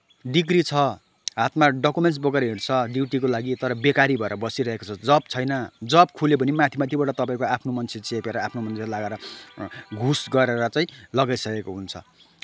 degree छ हातमा documents बोकेर हिँड्छ ड्युटीको लागि तर बेकारी भएर बसिरहेको छ जब छैन जब खुल्यो भने पनि माथिमाथिबाट तपाईँको आफ्नो मान्छे च्यापेर आफ्नो मान्छेलाई लगाएर घुस गरेर चाहिँ लगाइसकेको हुन्छ